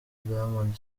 diamond